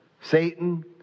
Satan